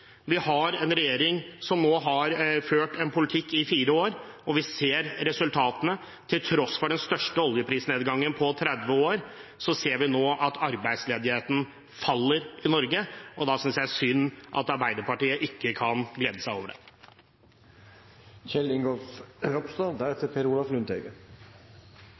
Vi har en regjering som nå har ført en politikk i fire år, og vi ser resultatene. Til tross for den største oljeprisnedgangen på 30 år ser vi nå at arbeidsledigheten faller i Norge, og da synes jeg det er synd at Arbeiderpartiet ikke kan glede seg over det.